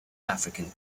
african